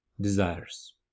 desires